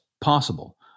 possible